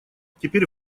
теперь